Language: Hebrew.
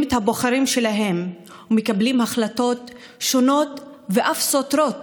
את הבוחרים שלהם ומקבלים החלטות שונות ואף סותרות